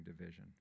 division